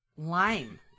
Lime